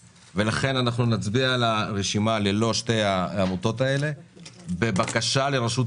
אגב, הם שינו את התקנון שלהם בעקבות הערות של משרד